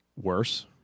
Worse